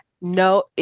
No